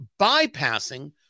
bypassing